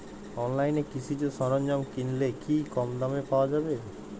অনলাইনে কৃষিজ সরজ্ঞাম কিনলে কি কমদামে পাওয়া যাবে?